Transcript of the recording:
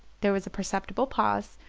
there was a perceptible pause,